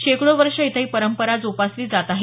शेकडो वर्षे इथं ही परंपरा जोपासली जात आहे